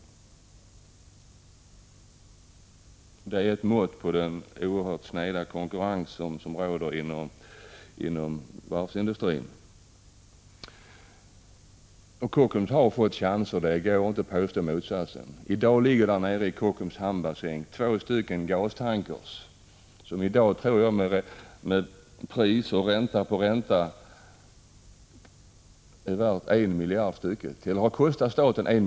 Detta är ett mått på den oerhört sneda konkurrens som råder inom varvsindustrin. Kockums har fått chanser — det går inte att påstå motsatsen. I dag ligger i Kockums hamnbassäng två gastankrar som med ränta på ränta har kostat staten 1 miljard kronor per styck att producera.